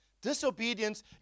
disobedience